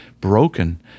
broken